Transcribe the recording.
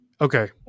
Okay